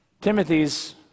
Timothy's